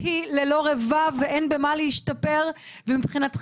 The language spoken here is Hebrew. היא ללא רבב ואין במה להשתפר ומבחינתכם,